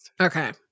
Okay